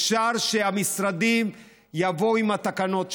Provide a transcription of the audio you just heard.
אפשר שהמשרדים יבואו עם התקנות שלכם,